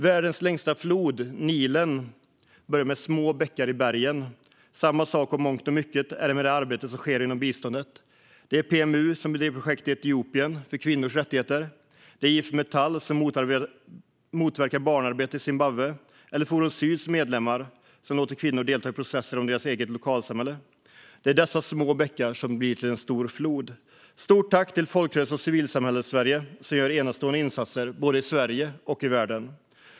Världens längsta flod, Nilen, börjar med små bäckar i bergen. Samma sak är det i mångt och mycket med det arbete som sker inom biståndet. PMU bedriver projekt i Etiopien för kvinnors rättigheter, IF Metall motverkar barnarbete i Zimbabwe och Forum Syds medlemmar låter kvinnor delta i processer om deras eget lokalsamhälle. Det är dessa små bäckar som blir till en stor flod. Stort tack till folkrörelse och civilsamhällssverige som gör enastående insatser både i Sverige och i världen!